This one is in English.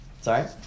Sorry